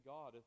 God